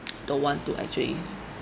don't want to actually